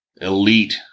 elite